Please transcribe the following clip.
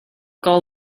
call